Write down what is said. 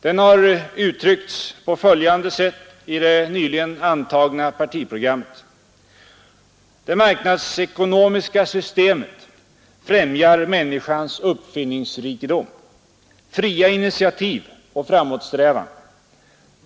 Den har uttryckts på följande sätt i det nyligen antagna partiprogrammet: ”Det marknadsekonomiska systemet främjar människans uppfinningsrikedom, fria initiativ och framåtsträvan.